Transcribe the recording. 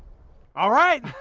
alright!